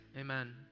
Amen